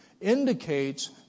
indicates